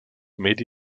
made